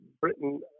britain